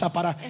Para